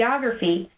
geography,